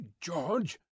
George